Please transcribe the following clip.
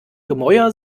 gemäuer